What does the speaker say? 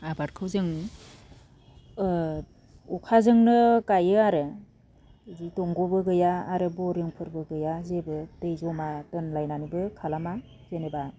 आबादखौ जों ओ अखाजोंनो गायो आरो इदि दंग'बो गैया आरो बरिंफोरबो गैया जेबो दै जमा दोनलायनानैबो खालामा जेनोबा